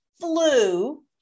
Flu